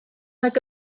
nag